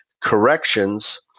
corrections